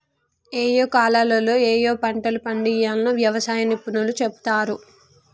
ఏయే కాలాల్లో ఏయే పంటలు పండియ్యాల్నో వ్యవసాయ నిపుణులు చెపుతారు